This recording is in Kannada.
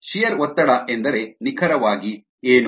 ಶಿಯರ್ ಒತ್ತಡ ಎಂದರೆ ನಿಖರವಾಗಿ ಏನು